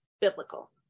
biblical